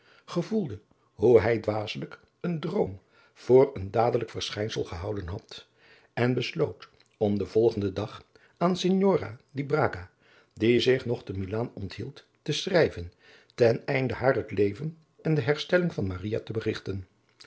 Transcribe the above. hoe hij dwaasselijk een droom voor een dadelijk verschijnsel gehouden had en besloot om den volgenden dag aan signora di braga die zich nog te milaan onthield te schrijven ten einde haar het leven en de herstelling van maria te berigten